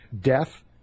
death